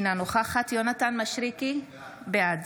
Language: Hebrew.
אינה נוכחת יונתן מישרקי, בעד